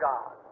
God